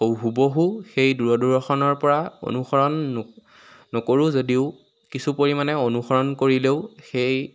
হুবহু সেই দূৰদৰ্শনৰ পৰা অনুসৰণ ন নকৰোঁ যদিও কিছু পৰিমাণে অনুসৰণ কৰিলে সেই